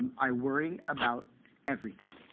i worry about everything.